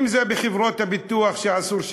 אם זה בחברות הביטוח, שאסור,